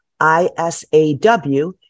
ISAW